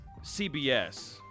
CBS